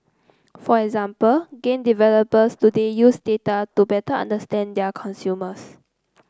for example game developers today use data to better understand their consumers